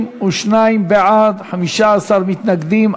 32 בעד, 15 מתנגדים.